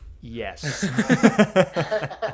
Yes